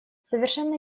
совершенно